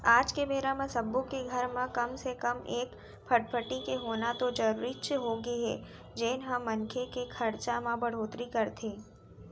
आज के बेरा म सब्बो के घर म कम से कम एक फटफटी के होना तो जरूरीच होगे हे जेन ह मनखे के खरचा म बड़होत्तरी करथे